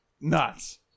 nuts